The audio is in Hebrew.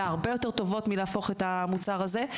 הרבה יותר טובות מלהפוך את המוצר הזה.